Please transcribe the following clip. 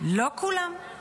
לא כולם.